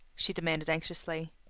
she demanded anxiously.